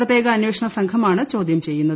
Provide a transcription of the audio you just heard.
പ്രത്യേക അന്വേഷണ സംഘമാണ് ചോദ്യം ചെയ്യുന്നത്